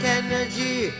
energy